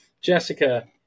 Jessica